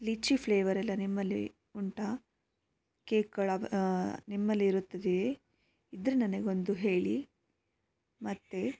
ಲಿಚಿ ಫ್ಲೇವರೆಲ್ಲ ನಿಮ್ಮಲ್ಲಿ ಉಂಟಾ ಕೇಕ್ಗಳು ನಿಮ್ಮಲ್ಲಿ ಇರುತ್ತದೆಯೇ ಇದ್ದರೆ ನನಗೊಂದು ಹೇಳಿ ಮತ್ತೆ